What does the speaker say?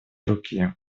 руки